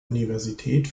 universität